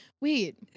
wait